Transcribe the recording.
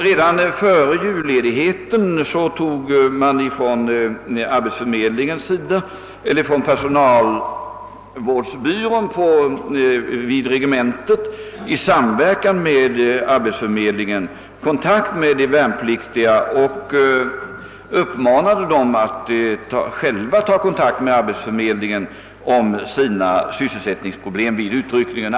Redan före julledigheten tog man vid den militära personalvårdsbyrån i samråd med arbetsför : medlingen kontakt med de värnpliktiga vid regementena och uppmanade dem att sätta sig i förbindelse med arbetsförmedlingen och meddela sina sysselsättningsproblem vid = utryckningen.